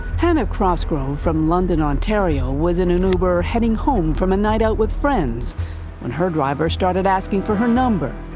hannah crossgrove from london, ontario, was in an uber heading home from a night out with friends when her driver started asking for her number.